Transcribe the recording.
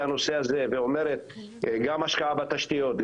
הנושא הזה ואומרת גם השקעה בתשתיות,